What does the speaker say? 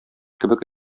кебек